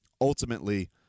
Ultimately